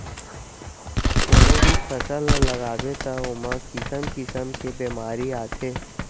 कोनो भी फसल ल लगाबे त ओमा किसम किसम के बेमारी आथे